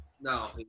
No